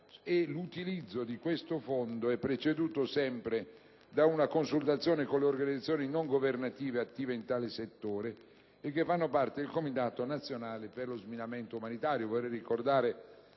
l'utilizzo di questo Fondo è preceduto sempre da una consultazione con le organizzazioni non governative attive in tale settore e che fanno parte del Comitato nazionale per lo sminamento umanitario.